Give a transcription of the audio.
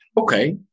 Okay